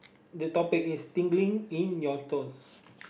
the topic is tingling in your toes